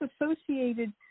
associated